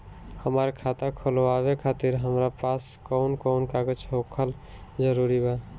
हमार खाता खोलवावे खातिर हमरा पास कऊन कऊन कागज होखल जरूरी बा?